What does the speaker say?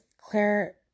Claire